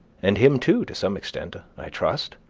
and him too to some extent, i trust,